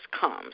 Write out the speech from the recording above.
comes